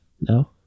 No